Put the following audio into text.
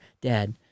dad